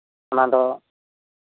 ᱚᱱᱟ ᱫᱚ